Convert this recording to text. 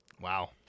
Wow